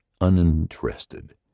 uninterested